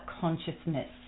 consciousness